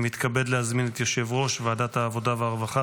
אני מתכבד להזמין את יושב-ראש ועדת העבודה והרווחה